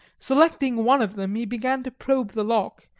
selecting one of them, he began to probe the lock,